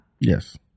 yes